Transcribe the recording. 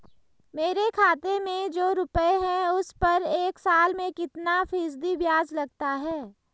मेरे खाते में जो रुपये हैं उस पर एक साल में कितना फ़ीसदी ब्याज लगता है?